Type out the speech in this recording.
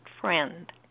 friend